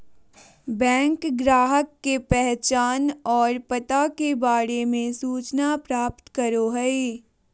bank ग्राहक के पहचान और पता के बारे में सूचना प्राप्त करो हइ